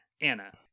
Anna